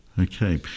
Okay